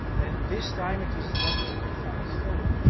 and this time it is not a funny story.